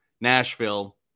Nashville